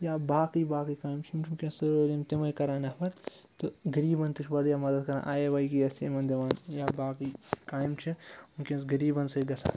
یا باقٕے باقٕے کامہِ چھِ یِم چھِ وٕنۍکٮ۪س سٲلِم تِمَے کَران نفر تہٕ غریٖبَن تہِ چھِ واریاہ مَدَت کَران تہِ یِمَن دِوان یا باقٕے کامہِ چھِ وٕنۍکٮ۪نَس غریٖبَن سۭتۍ گژھان